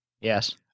Yes